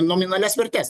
nominalias vertes